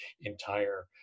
entire